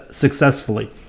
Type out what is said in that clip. successfully